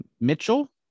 Mitchell